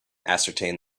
ascertain